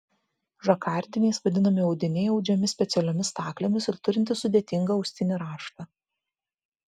žakardiniais vadinami audiniai audžiami specialiomis staklėmis ir turintys sudėtingą austinį raštą